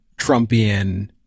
Trumpian